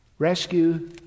Rescue